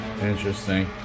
interesting